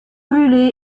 brûlé